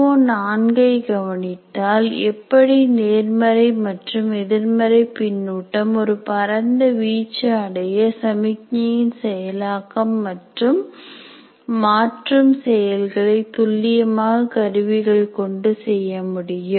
CO4 ஐ கவனித்தால் எப்படி நேர்மறை மற்றும் எதிர்மறை பின்னூட்டம் ஒரு பரந்த வீச்சு அடைய சமிக்ஞைகளின் செயலாக்கம் மற்றும் மாற்றும் செயல்களை துல்லியமாக கருவிகள் கொண்டு செய்யமுடியும்